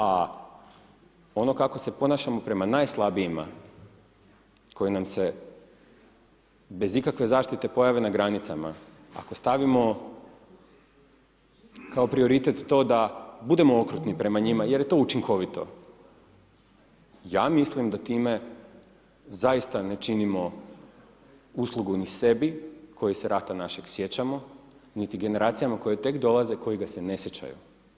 A ono kako se ponašamo prema najslabijima koji nam se bez ikakve zaštite pojave na granicama, ako stavimo kao prioritet to da budemo okrutni prema njima jer je to učinkovito, ja mislim da time zaista ne činimo uslugu ni sebi, koji se rata našeg sjećamo, niti generacijama koje tek dolaze, koji ga se ne sjećaju.